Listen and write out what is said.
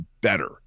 better